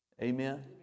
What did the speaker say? Amen